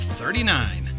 thirty-nine